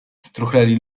struchleli